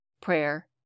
prayer